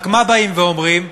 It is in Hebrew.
רק מה באים ואומרים?